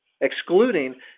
Excluding